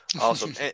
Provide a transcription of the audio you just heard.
awesome